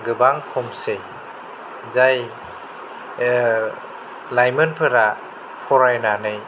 गोबां खमसै जाय लाइमोनफोरा फरायनानै